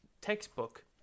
textbook